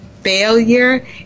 Failure